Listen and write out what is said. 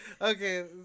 Okay